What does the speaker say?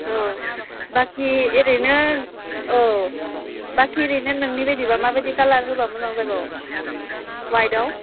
औ बाकि ओरैनो औ बाकि ओरैनो नोंनि बायदिबा माबायदि कालार होबा मोजां जागौ वाइटआव